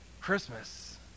Christmas